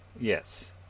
Yes